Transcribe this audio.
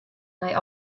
nei